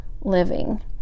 living